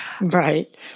right